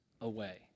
away